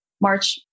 March